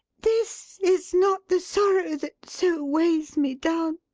this is not the sorrow that so weighs me down!